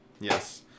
Yes